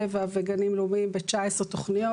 כזה כמו שמקבלים בבית הספר איך המשרד רואה